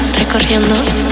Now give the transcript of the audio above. recorriendo